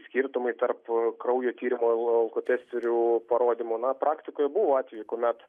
skirtumai tarp kraujo tyrimo alkotesterių parodymų na praktikoj buvo atvejų kuomet